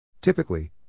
Typically